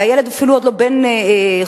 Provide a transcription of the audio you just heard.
והילד אפילו עוד לא בן חודשיים,